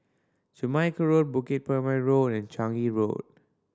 Jamaica Road Bukit Purmei Road and Changi Road